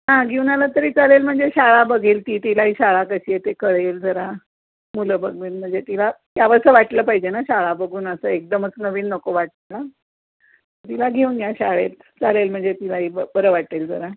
हां घेऊन आला तरी चालेल म्हणजे शाळा बघेल ती तिलाही शाळा कशी आहे ते कळेल जरा मुलं बघून म्हणजे तिला यावंसं वाटलं पाहिजे ना शाळा बघून असं एकदमच नवीन नको वाट ना तिला घेऊन या शाळेत चालेल म्हणजे तिलाही ब बरं वाटेल जरा